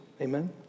Amen